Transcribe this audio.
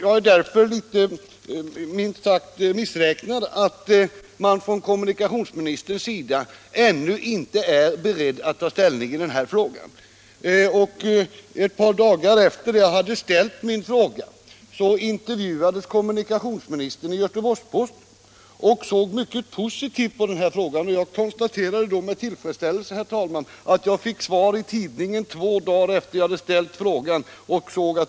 Jag är därför minst sagt litet missräknad över att kommunikationsministern ännu inte är beredd att ta ställning i den här frågan. Ett par dagar efter det att jag hade ställt min fråga intervjuades kommunikationsministern i Göteborgs-Posten. Enligt den intervjun såg han mycket positivt på den här frågan, och jag konstaterade då med tillfredsställelse, herr talman, att jag fått svar i tidningen två dagar efter det att jag ställt frågan.